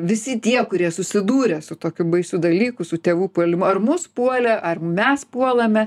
visi tie kurie susidūrė su tokiu baisiu dalyku su tėvų puolimu ar mus puolė ar mes puolame